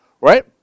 right